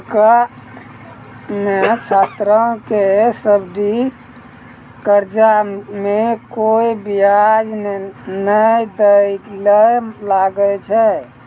America मे छात्रो के सब्सिडी कर्जा मे कोय बियाज नै दै ले लागै छै